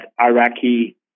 Iraqi